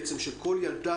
בעצם של כל ילדה,